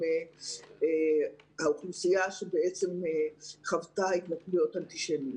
האוכלוסייה שחוותה התנכלויות אנטישמיות.